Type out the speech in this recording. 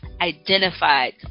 identified